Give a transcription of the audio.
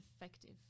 effective